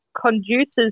conduces